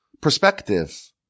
perspective